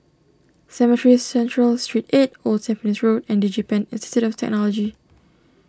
Cemetry Central Street eight Old Tampines Road and DigiPen Institute of Technology